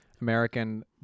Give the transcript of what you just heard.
American